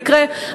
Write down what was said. זה יקרה,